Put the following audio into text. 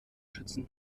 schützen